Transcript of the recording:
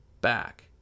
back